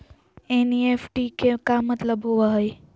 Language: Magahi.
एन.ई.एफ.टी के का मतलव होव हई?